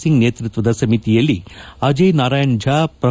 ಸಿಂಗ್ ನೇತೃತ್ವದ ಸಮಿತಿಯಲ್ಲಿ ಅಜೇಯ್ ನಾರಾಯಣ್ ಝಾ ಪ್ರೊ